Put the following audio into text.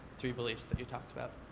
three beliefs that you talked about?